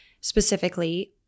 specifically